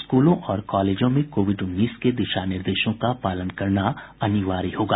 स्कूलों और कॉलेजों में कोविड उन्नीस के दिशा निर्देशों का पालन करना अनिवार्य होगा